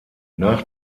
nach